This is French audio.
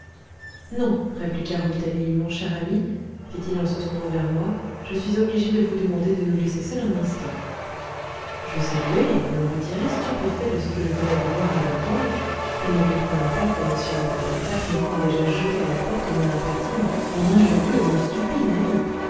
non répliqua rouletabille mon cher ami fit-il en se tournant vers moi je suis obligé de vous demander de nous laisser seuls un instant je saluai et me retirai stupéfait de ce que je venais de voir et d'entendre et ne comprenant pas que m robert darzac n'eût point déjà jeté à la porte mon impertinent mon injurieux mon stupide ami